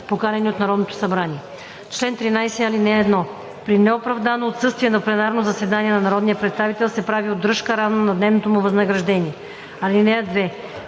поканени от Народното събрание. Чл. 13. (1) При неоправдано отсъствие от пленарно заседание на народния представител се прави удръжка, равна на дневното му възнаграждение. (2)